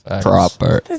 proper